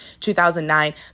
2009